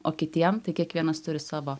o kitiem tai kiekvienas turi savo